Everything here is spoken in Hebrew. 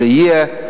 זה יהיה.